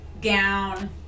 gown